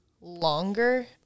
longer